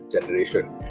generation